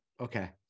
okay